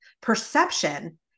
perception